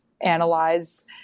analyze